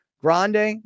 Grande